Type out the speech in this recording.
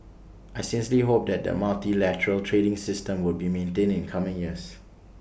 I sincerely hope that the multilateral trading system would be maintained in coming years